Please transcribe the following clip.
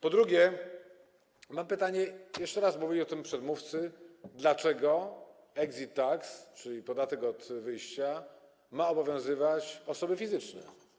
Po drugie, mam pytanie - powtórzę je, bo mówili o tym moi przedmówcy - dlaczego exit tax, czyli podatek od wyjścia, ma obowiązywać osoby fizyczne?